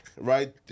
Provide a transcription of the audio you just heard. right